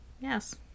Yes